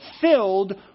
filled